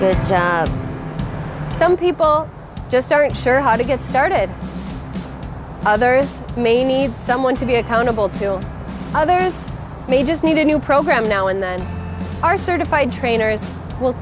that some people just aren't sure how to get started others may need someone to be accountable to others may just need a new program now and then are certified trainers will